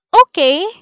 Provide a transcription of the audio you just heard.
okay